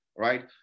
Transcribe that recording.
right